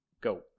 go